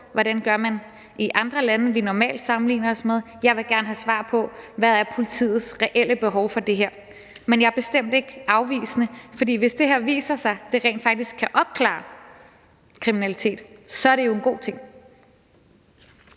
hvordan man gør i andre lande, vi normalt sammenligner os med. Jeg vil gerne have svar på, hvad politiets reelle behov er for det her. Men jeg er bestemt ikke afvisende, fordi hvis det viser sig, at det her rent faktisk kan opklare kriminalitet, så er det jo en god ting.